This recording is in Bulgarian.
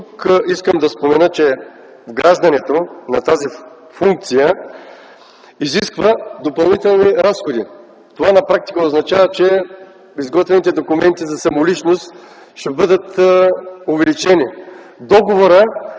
искам да спомена, че вграждането на тази функция изисква допълнителни разходи. Това на практика означава, че изготвените документи за самоличност ще бъдат увеличени. Договорът